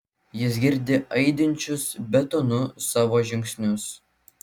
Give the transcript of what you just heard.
jis girdi aidinčius betonu savo žingsnius